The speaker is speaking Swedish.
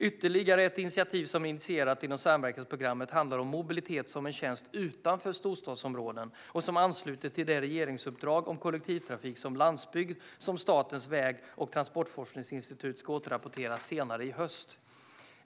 Ytterligare ett initiativ som initierats inom samverkansprogrammet handlar om mobilitet som en tjänst utanför storstadsområden och ansluter till det regeringsuppdrag om kollektivtrafik på landsbygd som Statens väg och transportforskningsinstitut ska återrapportera senare i höst.